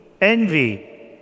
envy